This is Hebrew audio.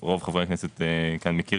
רוב חברי הכנסת מכירים.